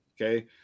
Okay